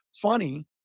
Funny